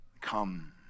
Come